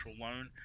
loan